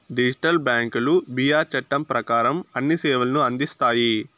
digital బ్యాంకులు B R చట్టం ప్రకారం అన్ని సేవలను అందిస్తాయి